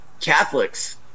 Catholics